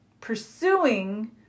pursuing